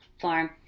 farm